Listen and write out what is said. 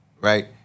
right